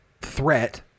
threat